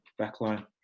backline